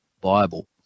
Bible